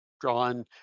drawn